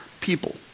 people